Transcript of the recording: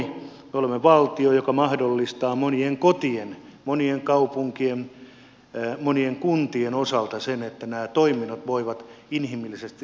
me olemme valtio joka mahdollistaa monien kotien monien kaupunkien monien kuntien osalta sen että nämä toiminnot voivat inhimillisesti ottaen toteutua